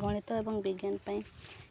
ଗଣିତ ଏବଂ ବିଜ୍ଞାନ ପାଇଁ